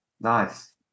Nice